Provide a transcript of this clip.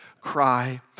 cry